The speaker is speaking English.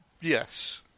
yes